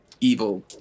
evil